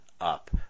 up